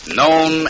known